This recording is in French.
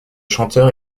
chanteur